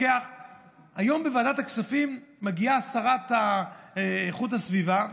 היום בוועדת הכספים מגיעה שרת איכות הסביבה,